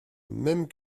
même